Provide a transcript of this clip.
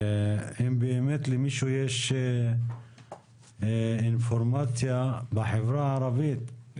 והאם באמת למישהו יש אינפורמציה האם